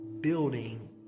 building